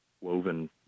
woven